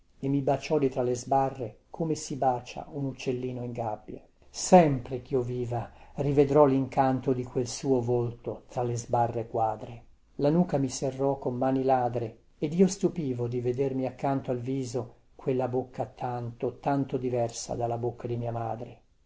e mi baciò di tra le sbarre come si bacia un uccellino in gabbia sempre chio viva rivedrò lincanto di quel suo volto tra le sbarre quadre la nuca mi serrò con mani ladre ed io stupivo di vedermi accanto al viso quella bocca tanto tanto diversa dalla bocca di mia madre